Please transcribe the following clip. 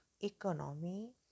economy